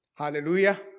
Hallelujah